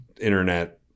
internet